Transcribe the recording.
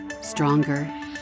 stronger